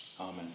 Amen